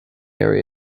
area